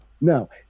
No